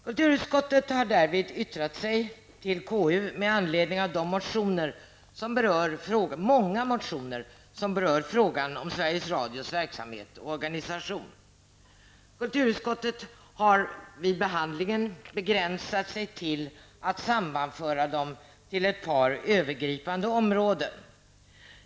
Kulturutskottet har därvid yttrat sig till KU med anledning av de många motioner som berör frågan om Sveriges Radios verksamhet och organisation. Kulturutskottet har vid behandlingen begränsat sig till att sammanföra dem till ett antal övergripande områden.